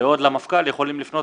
בעוד למפכ"ל יכולים לפנות